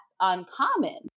uncommon